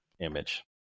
image